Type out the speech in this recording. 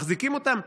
מחזיקים אותם,